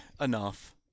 enough